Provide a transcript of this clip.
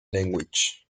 language